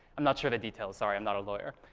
i'm not sure of the details. sorry, i'm not a lawyer.